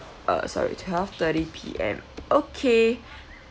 uh sorry twelve thirty P_M okay